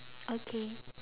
okay